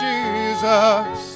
Jesus